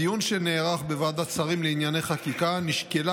בדיון שנערך בוועדת שרים לענייני חקיקה נשקלה